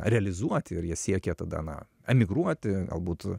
realizuoti ir jie siekia tada na emigruoti galbūt